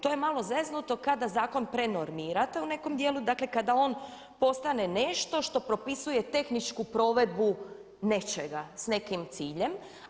To je malo zeznuto kada zakon prenormirate u nekom dijelu, dakle kada on postane nešto što propisuje tehničku provedbu nečega s nekim ciljem.